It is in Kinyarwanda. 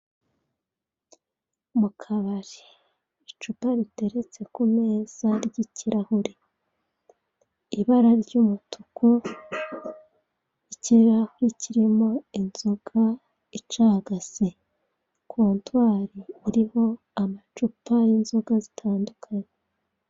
Mu kabari hari icupa riteretse ku meza ry'ikirahuri ibara ry'umutuku, n'ikirahuri kirimo inzoga icagase, kontwari iriho amacupa y'inzoga zitandukanye.